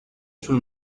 sul